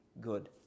good